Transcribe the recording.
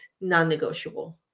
non-negotiable